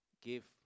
give